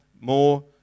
more